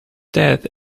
death